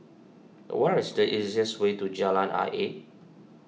what is the easiest way to Jalan Ayer